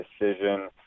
decision